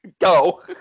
go